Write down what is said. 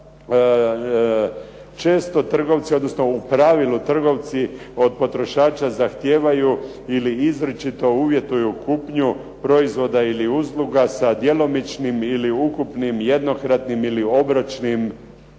često trgovci odnosno u pravilu trgovci od potrošača zahtijevaju ili izričito uvjetuju kupnju proizvoda ili usluga sa djelomičnim ili ukupnim jednokratnim ili obročnim